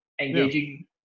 engaging